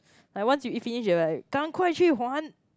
like once you eat finish they're like gan kuai qu huan